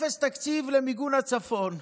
אפס תקציב למיגון הצפון.